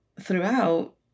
throughout